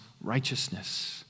righteousness